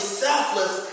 selfless